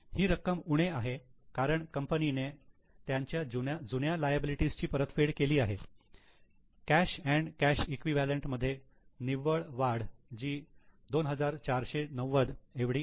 ही रक्कम उणे आहे कारण कंपनीने त्यांच्या जुन्या लायबिलिटी ची परतफेड केली आहे कॅश अंड कॅश इक्विवलेंट मध्ये निव्वळ वाढ जी 2490 एवढी आहे